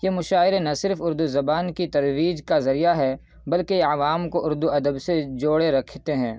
یہ مشاعرے نہ صرف اردو زبان کی ترویج کا ذریعہ ہے بلکہ عوام کو اردو ادب سے جوڑے رکھتے ہیں